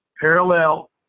parallel